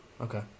Okay